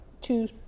two